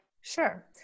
Sure